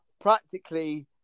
practically